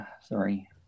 sorry